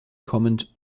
kommend